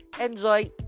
enjoy